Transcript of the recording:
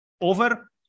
over